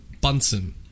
Bunsen